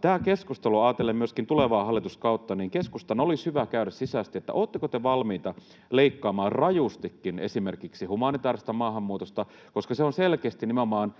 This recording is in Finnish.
Tämä keskustelu, ajatellen myöskin tulevaa hallituskautta, keskustan olisi hyvä käydä sisäisesti, että oletteko te valmiita leikkaamaan rajustikin esimerkiksi humanitaarisesta maahanmuutosta, koska se on selkeästi nimenomaan